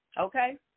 okay